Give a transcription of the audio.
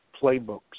playbooks